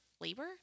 Labor